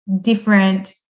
different